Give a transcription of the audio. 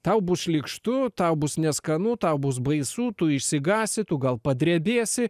tau bus šlykštu tau bus neskanu tau bus baisu tu išsigąsi tu gal padrebėsi